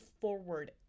forward